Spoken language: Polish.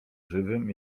żywym